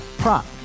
prop